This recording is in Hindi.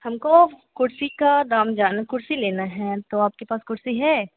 हमको कुर्सी का दाम जान कुर्सी लेनी है तो आपके पास कुर्सी है